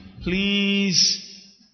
Please